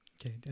okay